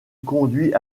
conduit